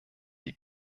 die